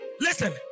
Listen